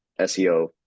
SEO